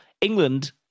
England